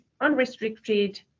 unrestricted